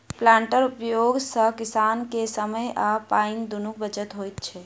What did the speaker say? प्लांटरक उपयोग सॅ किसान के समय आ पाइ दुनूक बचत होइत छै